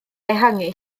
ehangu